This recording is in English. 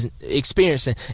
experiencing